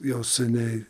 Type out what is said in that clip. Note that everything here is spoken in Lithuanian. jau seniai